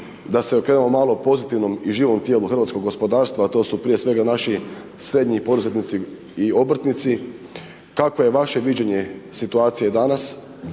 da se okrenemo malo pozitivnom i živom tijelu hrvatskog gospodarstva a to su prije svega naši srednji poduzetnici i obrtnici, kakvo je vaše viđenje situacije danas,